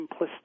simplistic